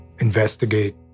investigate